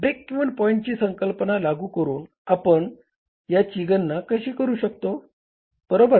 break even पॉईंटची संकल्पना लागू करून आपण याची गणना कशी करू शकतो बरोबर